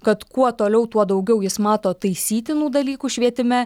kad kuo toliau tuo daugiau jis mato taisytinų dalykų švietime